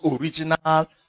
original